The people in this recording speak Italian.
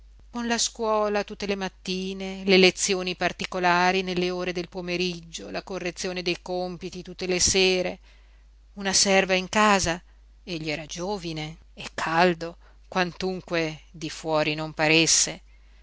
con la scuola tutte le mattine le lezioni particolari nelle ore del pomeriggio la correzione dei còmpiti tutte le sere una serva in casa egli era giovine e caldo quantunque di fuori non paresse